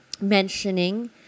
mentioning